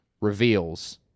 reveals